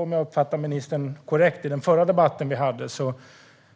Om jag uppfattat ministern korrekt i den förra debatten vi hade